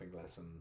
lesson